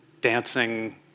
dancing